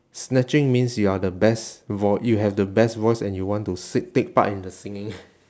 snatching means you are the best voi~ you have the best voice and you want to seek take part in the singing